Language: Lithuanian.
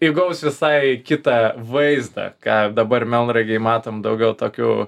įgaus visai kitą vaizdą ką dabar melnragėj matom daugiau tokių